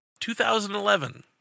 2011